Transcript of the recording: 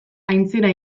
aintzira